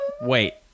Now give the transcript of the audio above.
Wait